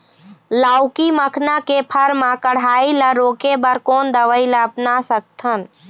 लाउकी मखना के फर मा कढ़ाई ला रोके बर कोन दवई ला अपना सकथन?